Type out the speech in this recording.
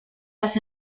las